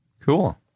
Cool